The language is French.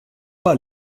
pas